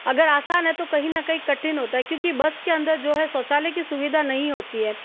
अगर आसान है तो कहीं ना कहीं कठिन होता है क्योंकि बस के अंदर जो है शौचालय की सुविधा नहीं होती है